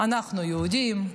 אנחנו יהודים,